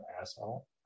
asshole